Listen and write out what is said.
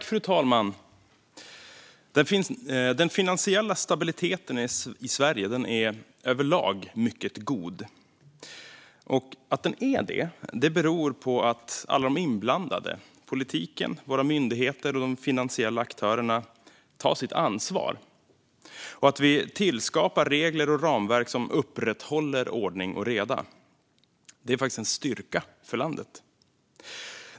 Fru talman! Den finansiella stabiliteten i Sverige är överlag mycket god. Att den är det beror på att alla inblandade - politiken, våra myndigheter och de finansiella aktörerna - tar sitt ansvar och att vi tillskapar regler och ramverk som upprätthåller ordning och reda. Det är en styrka för landet.